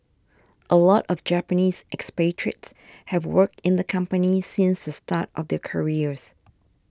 a lot of Japanese expatriates have worked in the company since the start of their careers